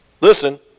listen